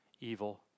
evil